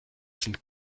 sind